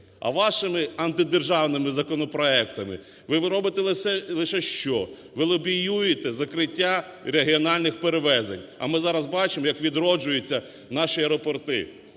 А вашими антидержавними законопроектами ви робите лише що? Ви лобіюєте закриття регіональних перевезень, а ми зараз бачимо, як відроджуються наші аеропорти: